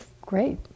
great